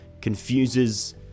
confuses